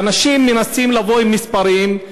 ואנשים מנסים לבוא עם מספרים,